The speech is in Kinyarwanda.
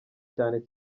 cyane